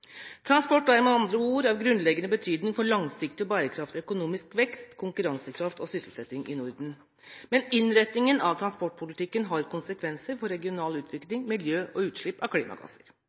Transport er med andre ord av grunnleggende betydning for langsiktig og bærekraftig økonomisk vekst, konkurransekraft og sysselsetting i Norden. Men innretningen av transportpolitikken har konsekvenser for regional utvikling, miljø og utslipp av klimagasser.